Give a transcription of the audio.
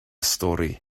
stori